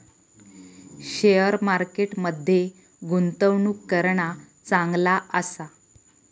share market मध्ये गुंतवणूक करणा चांगला आसा